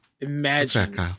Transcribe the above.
Imagine